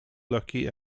lucky